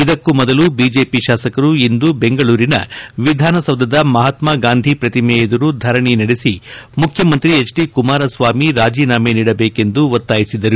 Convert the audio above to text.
ಇದಕ್ಕೂ ಮೊದಲು ಬಿಜೆಪಿ ಶಾಸಕರು ಇಂದು ಬೆಂಗಳೂರಿನ ವಿಧಾನಸೌಧದ ಮಹಾತ್ಸಗಾಂಧಿ ಪ್ರತಿಮೆ ಎದುರು ಧರಣಿ ನಡೆಸಿ ಮುಖ್ಯಮಂತ್ರಿ ಎಚ್ ಡಿ ಕುಮಾರಸ್ವಾಮಿ ರಾಜೀನಾಮೆ ನೀಡಬೇಕೆಂದು ಒತ್ತಾಯಿಸಿದರು